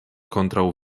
kontraŭ